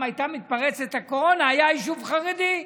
הייתה מתפרצת הקורונה היה יישוב חרדי?